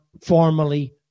formally